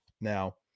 now